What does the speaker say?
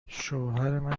شوهرمن